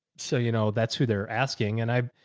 so, you know, that's who they're asking. and i,